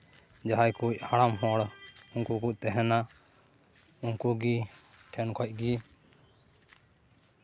ᱡᱟᱦᱟᱸᱭ ᱠᱩᱡ ᱦᱟᱲᱟᱢ ᱦᱚᱲ ᱩᱱᱠᱩ ᱠᱚ ᱛᱟᱦᱮᱱᱟ ᱩᱱᱠᱩ ᱜᱮ ᱴᱷᱮᱱ ᱠᱷᱚᱡ ᱜᱮ